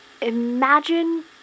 Imagine